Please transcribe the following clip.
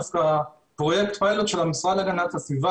דווקא פרויקט פיילוט של המשרד להגנת הסביבה